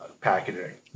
packaging